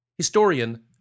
historian